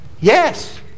Yes